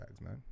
man